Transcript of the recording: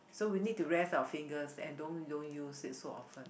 so we need to rest our fingers and don't don't use it so often